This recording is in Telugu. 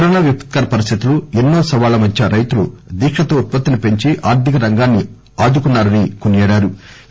కరోనా విపత్కర పరిస్థితులు ఎన్నో సవాళ్ల మధ్య రైతులు దీకతో ఉత్పత్తిని పెంచి ఆర్థిక రంగాన్ని ఆదుకున్నారని కొనియాడారు